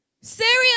Serious